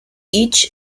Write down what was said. each